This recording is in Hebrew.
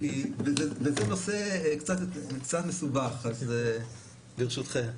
זה נושא קצת מסובך, אז ברשותכם.